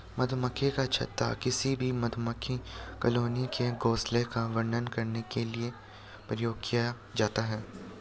मधुमक्खी का छत्ता किसी भी मधुमक्खी कॉलोनी के घोंसले का वर्णन करने के लिए प्रयोग किया जाता है